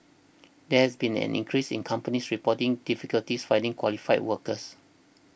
there has been an increase in companies reporting difficulties finding qualified workers